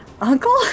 Uncle